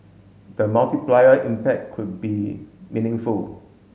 the multiplier impact could be meaningful